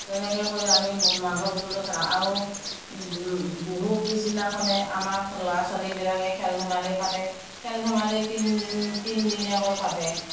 তেনেকৈ কৰি আমি মাঘৰ বিহুতো খানা আৰু বিহু পিছদিনাখনে আমাৰ ল'ৰা ছোৱালীবিলাকে খেল ধেমালি পাতে খেল ধেমালি তিনিদিন তিনিদিনীয়াকৈ পাতে